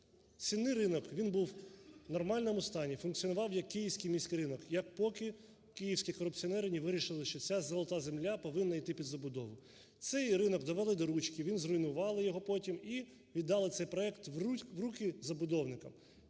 Сінний ринок він був в нормальному стані, функціонував як Київський міський ринок, поки київські корупціонери не вирішили, що ця "золота земля" повинна йти під забудову. Цей ринок довели "до ручки", зруйнували його потім і віддали цей проект в руки забудовникам.